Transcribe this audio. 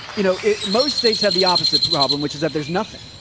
you know, it most states have the opposite problem, which is that there's nothing.